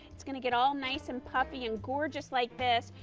it's going to get all nice and puffy and gorgeous like this.